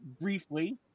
briefly